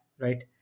right